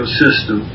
system